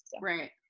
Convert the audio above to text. Right